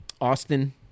Austin